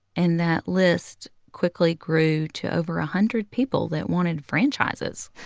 and that list quickly grew to over a hundred people that wanted franchises.